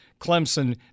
Clemson